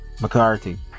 McCarthy